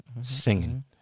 singing